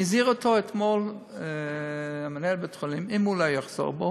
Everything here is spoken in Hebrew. הזהיר אותו אתמול מנהל בית-החולים שאם הוא לא יחזור בו,